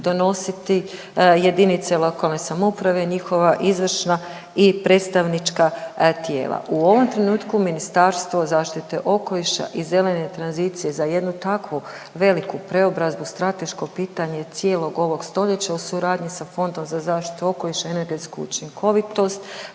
donositi jedinice lokalne samouprave, njihova izvršna i predstavnička tijela. U ovom trenutku Ministarstvo zaštite okoliša i zelene tranzicije za jednu takvu veliku preobrazbu strateško pitanje cijelog ovog stoljeća u suradnji sa Fondom za zaštitu okoliša i energetsku učinkovitost,